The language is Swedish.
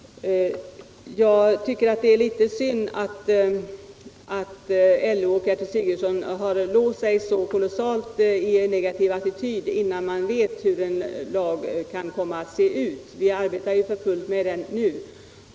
Jag tycker det är litet synd att LO och Gertrud Sigurdsen låst sig så kolossalt i en negativ attityd innan man vet hur lagen kan komma att se ut. Vi arbetar ju för fullt med den nu.